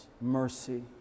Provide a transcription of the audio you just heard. mercy